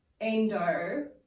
endo